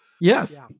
Yes